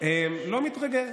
לא מתרגש.